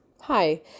Hi